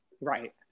right